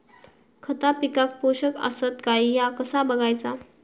खता पिकाक पोषक आसत काय ह्या कसा बगायचा?